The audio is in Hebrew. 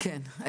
כן.